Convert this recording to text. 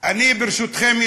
אני, ברשותכם,